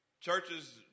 Churches